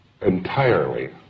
entirely